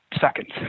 seconds